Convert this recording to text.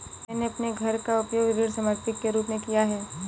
मैंने अपने घर का उपयोग ऋण संपार्श्विक के रूप में किया है